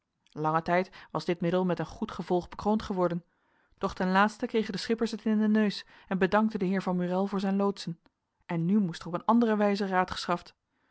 langen tijd was dit middel met een goed gevolg bekroond geworden doch ten laatste kregen de schippers het in den neus en bedankten den heer van murél voor zijn loodsen en nu moest er op een andere wijze